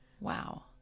Wow